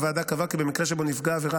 הוועדה קבעה כי במקרה שבו נפגע העבירה